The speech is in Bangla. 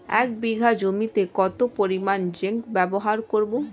এক বিঘা জমিতে কত পরিমান জিংক ব্যবহার করব?